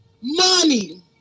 Money